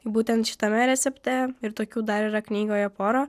būtent šitame recepte ir tokių dar yra knygoje pora